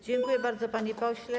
Dziękuję bardzo, panie pośle.